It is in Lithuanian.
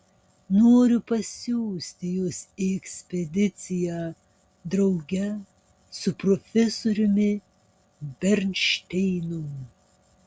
noriu pasiųsti jus į ekspediciją drauge su profesoriumi bernšteinu